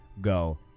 go